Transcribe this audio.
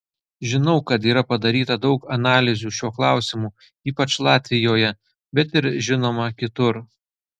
žinau kad yra padaryta daug analizių šiuo klausimu ypač latvijoje bet ir žinoma kitur